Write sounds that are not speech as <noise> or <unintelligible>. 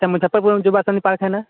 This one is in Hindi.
अच्छा मुज़फ़्फ़रपुर में <unintelligible> पार्क है ना